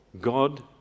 God